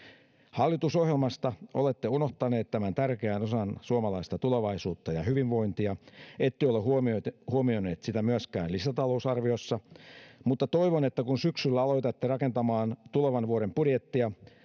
hallitusohjelmasta olette unohtaneet tämän tärkeän osan suomalaista tulevaisuutta ja hyvinvointia ette ole huomioineet sitä myöskään lisätalousarviossa mutta toivon että kun syksyllä aloitatte rakentamaan tulevan vuoden budjettia